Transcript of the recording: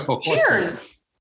Cheers